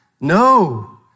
No